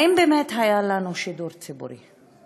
היא האם באמת היה לנו שידור ציבורי?